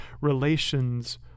relations